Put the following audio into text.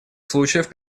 случаев